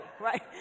Right